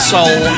Soul